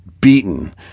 beaten